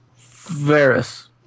Varys